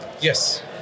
Yes